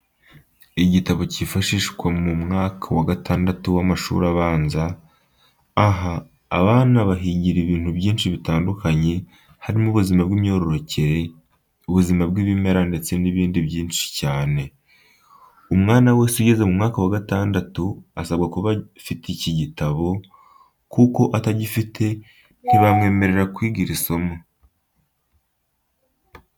Igitabo cy'ubumenyingiro cyifashishwa mu mwaka wa gatandatu w'amashuri abanza, aha abana bahigira ibintu byinshi bitandukanye, harimo ubuzima bw'imyororokere, ubuzima bw'ibimera ndetse n'ibindi byinshi cyane. Umwana wese ugeze mu wa gatandatu asabwa kuba afite iki gitabo, kuko atagifite ntibamwemerera kwiga iri somo.